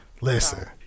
Listen